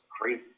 crazy